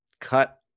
cut